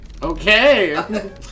Okay